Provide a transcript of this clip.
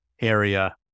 area